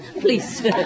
please